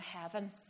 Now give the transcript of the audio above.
heaven